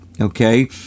Okay